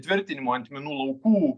tvirtinimu ant minų laukų